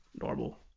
normal